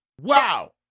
Wow